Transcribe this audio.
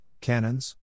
cannons